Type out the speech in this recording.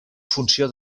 funció